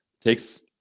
takes